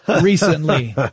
recently